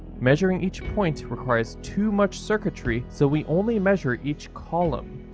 measuring each point requires too much circuitry, so we only measure each column.